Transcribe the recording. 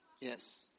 Yes